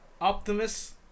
Optimus